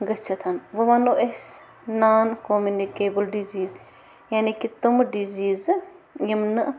گٔژھِتھ وۄنۍ وَنو أسۍ نان کوٚمِنِکیبٕل ڈِزیٖز یعنی کہِ تِمہٕ ڈِزیٖزٕ یِم نہٕ